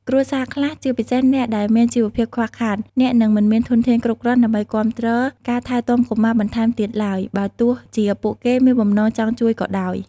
គ្រួសារខ្លះ ជាពិសេសអ្នកដែលមានជីវភាពខ្វះខាត អាចនឹងមិនមានធនធានគ្រប់គ្រាន់ដើម្បីគាំទ្រការថែទាំកុមារបន្ថែមទៀតឡើយ បើទោះជាពួកគេមានបំណងចង់ជួយក៏ដោយ។